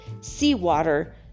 seawater